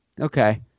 okay